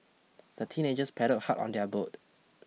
the teenagers paddled hard on their boat